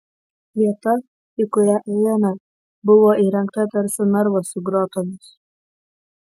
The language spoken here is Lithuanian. vieta į kurią ėjome buvo įrengta tarsi narvas su grotomis